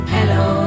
Hello